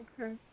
Okay